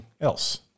else